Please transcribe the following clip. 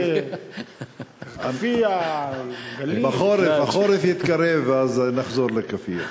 אל, כאפיה, החורף יתקרב אז נחזור לכאפיה.